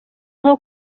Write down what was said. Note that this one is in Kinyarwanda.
nko